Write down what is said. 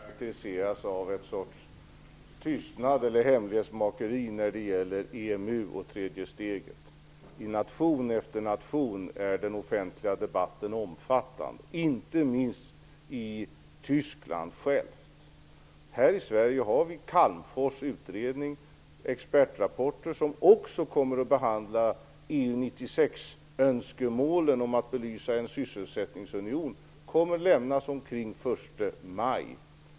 Herr talman! Nog är det en överdrift att säga att situationen i Europa karakteriseras av en sorts tystnad eller hemlighetsmakeri när det gäller EMU och det tredje steget. I nation efter nation är den offentliga debatten omfattande, inte minst i Tyskland. Här i Sverige har vi Calmfors utredning och expertrapporter, som också kommer att behandla EU-96 och önskemålen om att belysa en sysselsättningsunion. Resultaten kommer att läggas fram omkring den 1 maj.